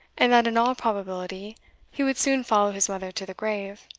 and that in all probability he would soon follow his mother to the grave.